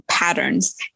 patterns